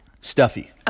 Stuffy